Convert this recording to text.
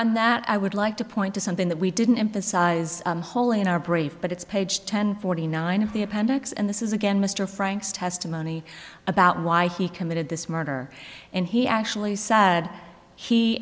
on that i would like to point to something that we didn't emphasize hole in our brief but it's page ten forty nine of the appendix and this is again mr franks testimony about why he committed this murder and he actually said he